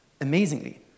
Amazingly